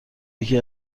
یکی